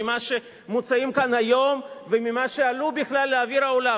מאלה שמוצעים כאן היום ומאלה שעלו בכלל לאוויר העולם?